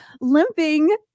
limping